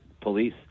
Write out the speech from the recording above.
police